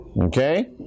Okay